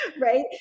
Right